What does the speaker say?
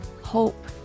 hope